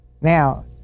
Now